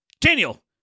Daniel